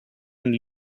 and